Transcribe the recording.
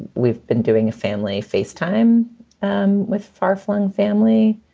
we've been doing a family face time um with farflung family.